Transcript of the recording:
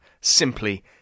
simply